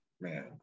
man